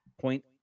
point